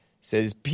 says